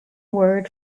word